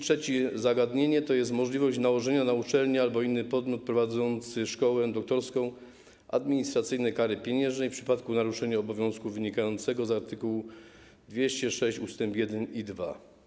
Trzecie zagadnienie to jest możliwość nałożenia na uczelnię albo inny podmiot prowadzący szkołę doktorską administracyjnej kary pieniężnej w przypadku naruszenia obowiązku wynikającego z art. 206 ust. 1 i 2.